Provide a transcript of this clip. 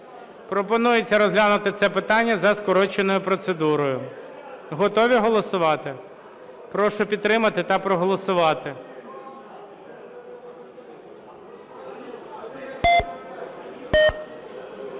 Пропонується розглянути це питання за скороченою процедурою. Готові голосувати? Прошу підтримати та проголосувати.